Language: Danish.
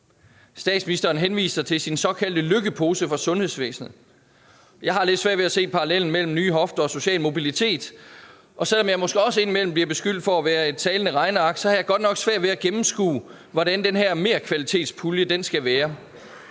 Statsministeren henviser til sin såkaldte Løkkepose til sundhedsvæsenet. Jeg har lidt svært ved at se parallellen mellem nye hofter og social mobilitet, og selv om jeg måske også indimellem bliver beskyldt for at være et talende regneark, har jeg godt nok svært ved at gennemskue, hvordan den her merkvalitetspulje skal være.